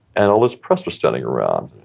and all this press were standing around.